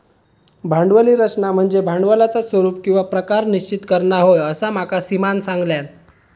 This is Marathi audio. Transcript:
भांडवली रचना म्हनज्ये भांडवलाचा स्वरूप किंवा प्रकार निश्चित करना होय, असा माका सीमानं सांगल्यान